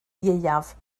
ieuaf